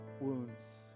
wounds